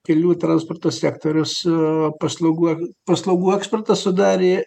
kelių transporto sektorius eee paslaugų ar paslaugų eksportas sudarė